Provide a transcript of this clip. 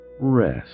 rest